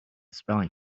spelling